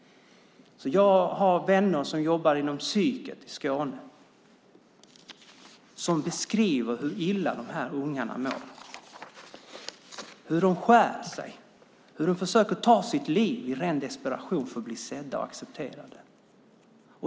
Jag har vänner som jobbar inom psykvården i Skåne, och de beskriver hur illa de här ungarna mår, hur de skär sig och hur de försöker ta sitt liv i ren desperation för att bli sedda och accepterade.